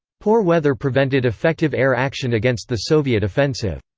poor weather prevented effective air action against the soviet offensive.